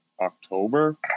october